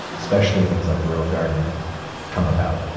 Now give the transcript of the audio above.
especially things like guerilla gardening come about,